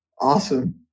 Awesome